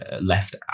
left